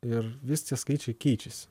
ir vis tie skaičiai keičiasi